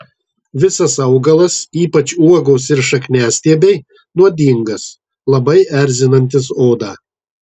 visas augalas ypač uogos ir šakniastiebiai nuodingas labai erzinantis odą